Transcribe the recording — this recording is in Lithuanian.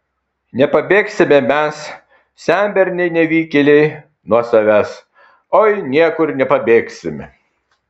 nepabėgsime mes senberniai nevykėliai nuo savęs oi niekur nepabėgsime